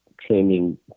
training